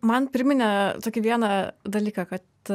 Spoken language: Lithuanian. man priminė tokį vieną dalyką kad